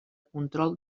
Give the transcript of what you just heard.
control